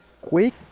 quick